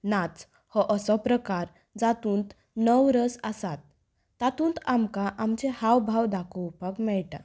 नाच हो असो प्रकार जातूंत नव रस आसात तातूंत आमकां आमचे हावभाव दाखोवपाक मेळटा